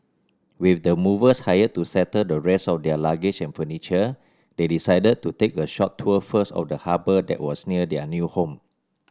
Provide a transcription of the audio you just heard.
with the movers hired to settle the rest of their luggage and furniture they decided to take a short tour first of the harbour that was near their new home